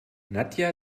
nadja